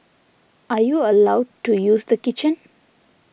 are you allowed to use the kitchen